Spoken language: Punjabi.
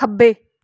ਖੱਬੇ